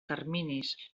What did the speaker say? terminis